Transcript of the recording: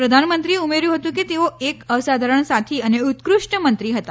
પ્રધાનમંત્રીએ ઉમેર્યું હતું કે તેઓ એક અસાધારણ સાથી અને ઉત્કૃષ્ટ મંત્રી હતા